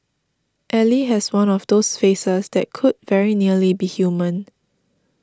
Ally has one of those faces that could very nearly be human